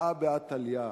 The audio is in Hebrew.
הא בהא תליא.